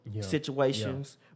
situations